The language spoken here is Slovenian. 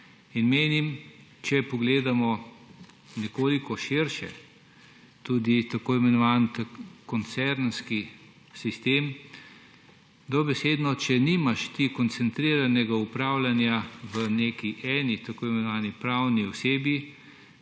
In menim, če pogledamo nekoliko širše, tudi tako imenovan koncernski sistem, če nimaš dobesedno koncentriranega upravljanja v neki tako imenovani pravni osebi,